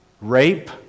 rape